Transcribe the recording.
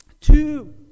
two